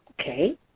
Okay